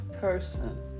person